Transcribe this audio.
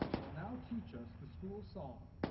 will now teach us the school song,